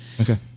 Okay